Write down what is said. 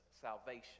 salvation